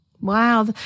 Wow